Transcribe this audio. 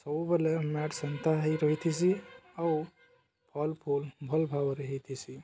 ସବୁବେଲେ ମ୍ୟାଟ୍ ସେନ୍ତା ହେଇ ରହିଥିସି ଆଉ ଫଲ୍ ଫୁଲ୍ ଭଲ୍ ଭାବରେ ହେଇଥିସି